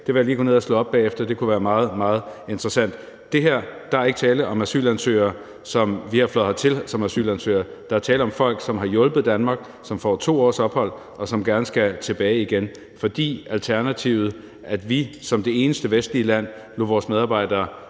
det vil jeg lige gå ned og slå op bagefter; det kunne være meget, meget interessant. Her er der ikke tale om asylansøgere, som bliver fløjet hertil som asylansøgere, der er tale om folk, som har hjulpet Danmark, som får 2 års ophold, og som gerne skal tilbage igen, fordi alternativet, altså at vi som det eneste vestlige land lod vores medarbejdere